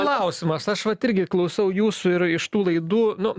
klausimas aš vat irgi klausau jūsų ir iš tų laidų nu